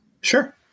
Sure